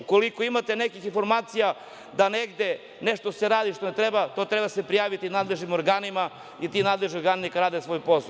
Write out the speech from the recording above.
Ukoliko imate nekih informacija da se negde nešto radi što ne treba, to se treba prijaviti nadležnim organima i ti nadležni organi neka rade svoj posao.